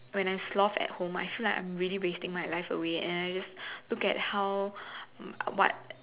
when I sloth at home I feel like I'm really wasting my life away and I just look at how what